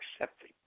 accepting